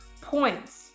points